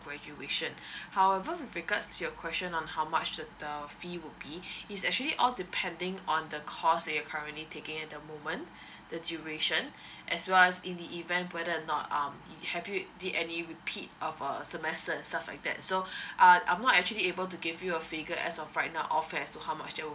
graduation however with regards to your question on how much that the fee will be is actually all depending on the cost that you are currently taking at the moment the duration as well as in the event whether or not um it have you did any repeat of a semester stuff like that so uh I'm not actually able to give you a figure as of right now offer as to how much that will